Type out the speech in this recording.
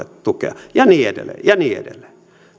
tukea ja niin edelleen ja niin edelleen